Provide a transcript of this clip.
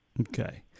Okay